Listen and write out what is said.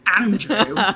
Andrew